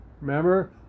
remember